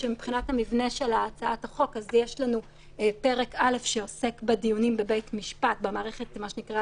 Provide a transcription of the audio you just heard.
הוא פסיק ממה שנדרש,